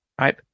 Right